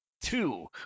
Two